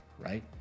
right